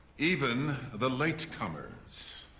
even the late comers.